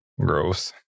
Gross